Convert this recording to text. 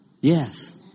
Yes